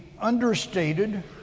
understated